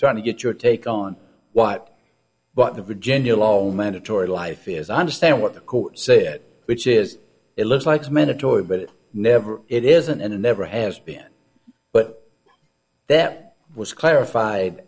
trying to get your take on what what the virginia low mandatory life is i understand what the court said which is it looks likes minatory but it never it isn't and never has been but that was clarified